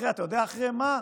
אתה יודע אחרי מה,